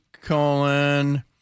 colon